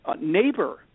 neighbor